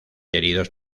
heridos